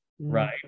right